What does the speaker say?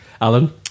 Alan